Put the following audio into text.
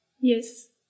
Yes